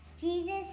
Jesus